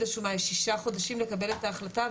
השומה יש שישה חודשים לקבל את ההחלטה,